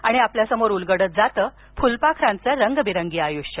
आणि आपल्या समोर उलगडलं जातं फुलपाखरांचं रंगबिरंगी आयुष्य